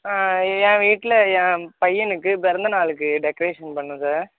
என் வீட்டில் என் பையனுக்கு பிறந்த நாளுக்கு டெக்கரேஷன் பண்ணணும் சார்